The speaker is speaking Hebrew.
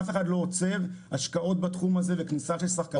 אף אחד לא עוצר השקעות בתחום הזה וכניסה של שחקנים גדולים.